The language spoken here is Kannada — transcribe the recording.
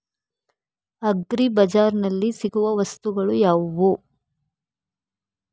ಅಗ್ರಿ ಬಜಾರ್ನಲ್ಲಿ ಸಿಗುವ ವಸ್ತುಗಳು ಯಾವುವು?